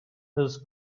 his